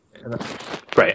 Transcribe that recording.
Right